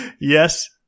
Yes